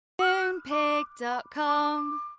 Moonpig.com